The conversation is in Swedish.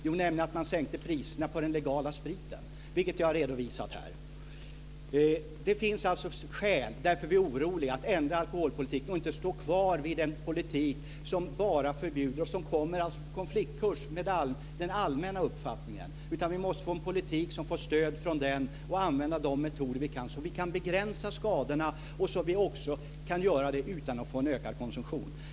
Det är att man sänker priserna på den legala spriten, vilket jag har redovisat här. Det finns alltså skäl - det är därför vi är oroliga - att ändra alkoholpolitiken och inte stå kvar vid en politik som bara förbjuder och som kommer i konflikt med den allmänna uppfattningen. Vi måste få en politik som får stöd av den allmänna uppfattningen och använda de metoder vi kan, så att vi kan begränsa skadorna och så att vi också kan göra det utan att få en ökad konsumtion.